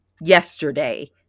yesterday